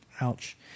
ouch